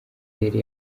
yari